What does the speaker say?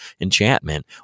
enchantment